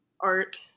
art